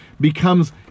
becomes